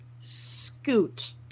scoot